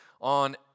On